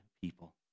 people